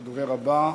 הדובר הבא,